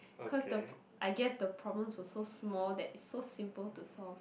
because the I guess the problems were so small that it's so simple to solve